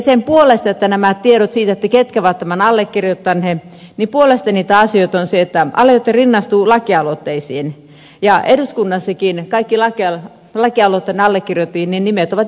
sen puolesta että olisivat julkisia nämä tiedot siitä ketkä ovat tämän allekirjoittaneet puhuvia asioita on se että aloite rinnastuu lakialoitteisiin ja eduskunnassakin kaikki lakialoitteen allekirjoittajien nimet ovat julkisia